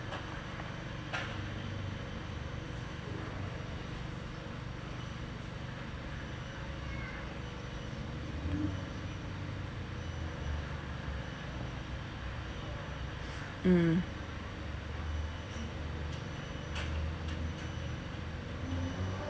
hmm